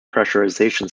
pressurization